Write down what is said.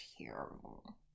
terrible